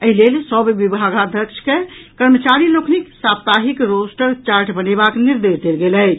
एहि लेल सभ विभागाध्यक्ष के कर्मचारी लोकनिक साप्ताहिक रोस्टर चार्ट बनेबाक निर्देश देल गेल अछि